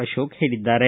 ಅಶೋಕ ಹೇಳಿದ್ದಾರೆ